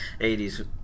80s